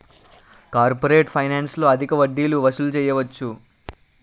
corporate ఫైనాన్స్లో అధిక వడ్డీలు వసూలు చేయవచ్చు